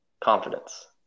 confidence